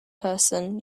person